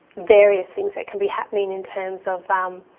various things that can be happening in terms of, um